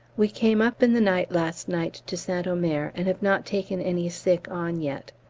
we came up in the night last night to st omer, and have not taken any sick on yet.